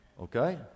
Okay